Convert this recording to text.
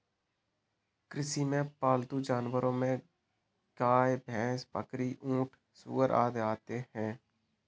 कृषि में पालतू जानवरो में गाय, भैंस, बकरी, ऊँट, सूअर आदि आते है